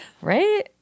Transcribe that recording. Right